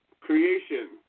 creation